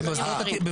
שהמינויים לא מקודמים.